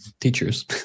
teachers